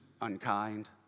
unkind